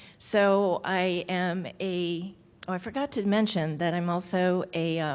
so, i am a oh, i forgot to mention that i'm also a